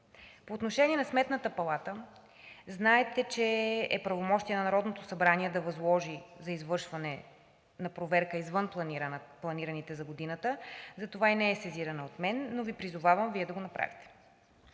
По отношение на Сметната палата, знаете, че е правомощие на Народното събрание да възложи извършване на проверка извън планираните за годината. Затова не е сезирана от мен, но Ви призовавам Вие да го направите.